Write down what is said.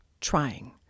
trying